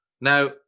Now